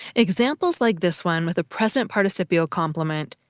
examples like this one, with a present participial complement,